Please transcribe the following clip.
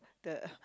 the